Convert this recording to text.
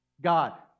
God